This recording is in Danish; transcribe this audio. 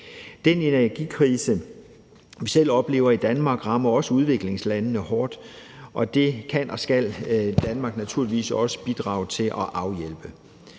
Den energikrise, vi selv oplever i Danmark, rammer også udviklingslandene hårdt, og det kan og skal Danmark naturligvis også bidrage til at afhjælpe.